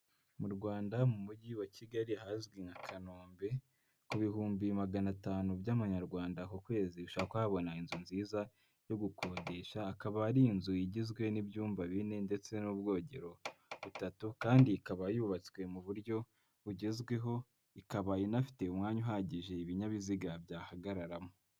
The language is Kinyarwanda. Mu rwanda mu mujyi wa Kigali ahazwi nka Kanombe, ku bihumbi magana atanu by'amanyarwanda ku kwezi ushobora kuba wabona inzu nziza yo gukodesha, akaba ari inzu igizwe n'ibyumba bine ndetse n'ubwogero butatu kandi ikaba yubatswe mu buryo bugezweho, ikaba inafite umwanya uhagije ibinyabiziga byahagararamo.